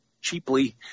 cheaply